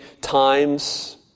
times